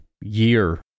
year